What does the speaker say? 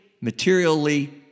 materially